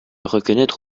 reconnaître